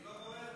אני לא בורח.